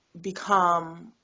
become